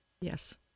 yes